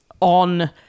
on